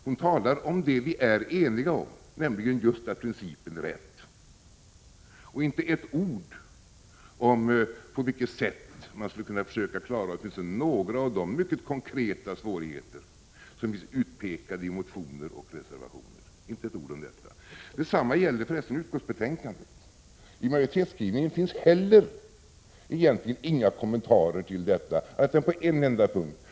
Hon talar om det vi är eniga om, nämligen att principen är rätt. Inte ett ord säger hon om på vilket sätt man skulle kunna försöka klara ens några av de mycket konkreta svårigheter som vi utpekat i motioner och reservationer. Detsamma gäller förresten utskottsbetänkandet. I majoritetsskrivningen finns heller egentligen inga kommentarer till detta annat än på en enda punkt.